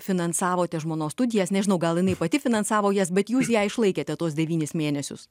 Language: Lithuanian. finansavote žmonos studijas nežinau gal jinai pati finansavo jas bet jūs ją išlaikėte tuos devynis mėnesius